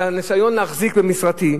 על הניסיון להחזיק במשרתי,